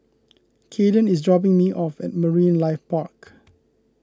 Kaeden is dropping me off at Marine Life Park